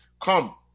come